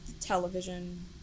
television